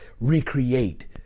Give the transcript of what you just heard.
recreate